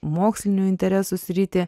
mokslinių interesų sritį